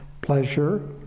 pleasure